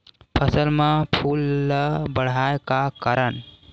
फसल म फूल ल बढ़ाय का करन?